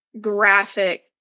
graphic